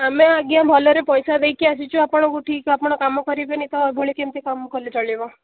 ଆମେ ଆଜ୍ଞା ଭଲରେ ପଇସା ଦେଇକି ଆସିଛୁ ଆପଣଙ୍କୁ ଠିକ୍ ଆପଣ କାମ କରିବେନି ତ ଏଭଳି କେମିତି କାମ କଲେ ଚଳିବ